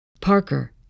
Parker